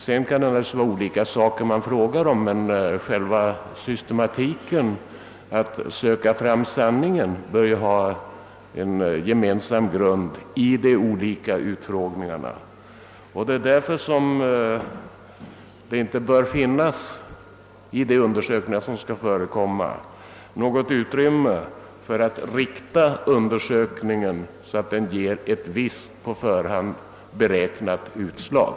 Sedan kan det naturligtvis vara olika saker man frågar om, men själva systematiken att söka få fram sanningen bör ha en gemensam grund i de olika utfrågningarna. Det är därför som det i de olika undersökningarna inte bör finnas något utrymme att rikta undersökningen så att den ger ett visst, på förhand beräknat utslag.